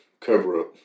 cover-up